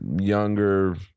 younger